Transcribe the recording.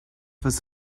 was